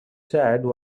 sad